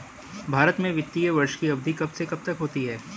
भारत में वित्तीय वर्ष की अवधि कब से कब तक होती है?